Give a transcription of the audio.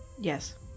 yes